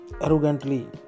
arrogantly